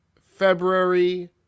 February